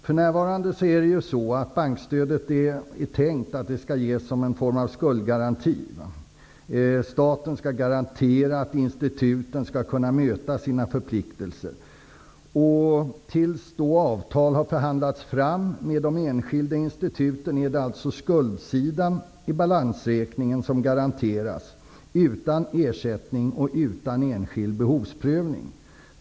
För närvarande är bankstödet tänkt att ges i form av skuldgaranti. Staten skall garantera att instituten skall kunna möta sina förpliktelser. Till dess avtal har förhandlats fram med de enskilda instituten är det alltså skuldsidan i balansräkningen som det ges garantier för, utan ersättning och utan särskild behovsprövning.